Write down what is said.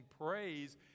praise